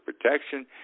protection